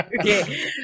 Okay